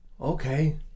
Okay